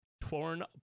torn